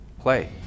play